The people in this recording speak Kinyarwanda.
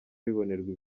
bibonerwa